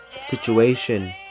situation